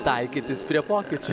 taikytis prie pokyčių